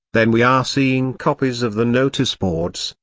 then we are seeing copies of the notice boards,